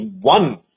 one